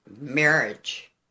marriage